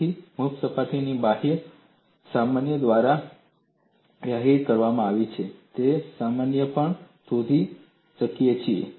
તેથી મુક્ત સપાટીને બાહ્ય સામાન્ય દ્વારા વ્યાખ્યાયિત કરવામાં આવે છે અને તે સામાન્ય પણ આપણે શોધી શકીએ છીએ